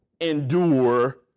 endure